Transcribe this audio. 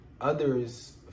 others